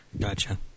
Gotcha